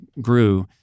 grew